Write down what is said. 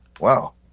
Wow